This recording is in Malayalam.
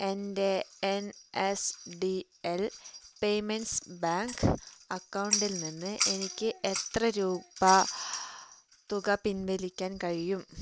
എൻ്റെ എൻഎസ്ഡിഎൽ പെയ്മെൻറ്റ്സ് ബാങ്ക് അക്കൗണ്ടിൽ നിന്ന് എനിക്ക് എത്ര രൂപ തുക പിൻവലിക്കാൻ കഴിയും